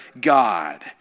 God